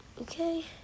Okay